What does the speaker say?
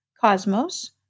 Cosmos